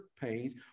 pains